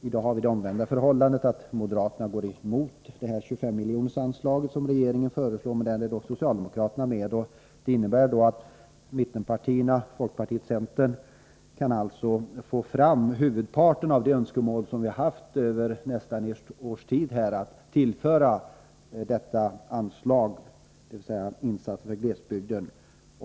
I dag har vi det omvända förhållandet: moderaterna går emot det anslag om 25 miljoner som regeringen föreslår, men socialdemokraterna tillstyrker det. Det innebär att mittenpartierna, folkpartiet och centern, får huvudparten av de önskemål som vi har haft under nästan ett års tid uppfyllda, nämligen att det ges ett större anslag för insatser i glesbygden.